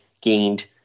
gained